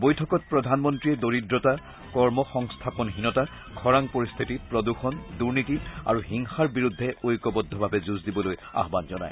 বৈঠকত প্ৰধানমন্ত্ৰীয়ে দৰিদ্ৰতা কৰ্মসংস্থাপনহীনতা খৰাং পৰিস্থিতি প্ৰদূষণ দুৰ্নীতি আৰু হিংসাৰ বিৰুদ্ধে ঐক্যবদ্ধভাৱে যুঁজ দিবলৈ আহান জনায়